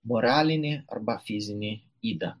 moralinį arba fizinį ydą